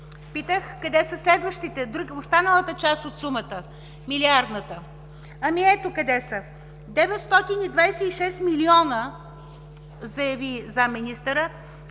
Питах къде са следващите, останалата част от сумата, милиардната! Ами, ето къде са: 926 милиона, заяви заместник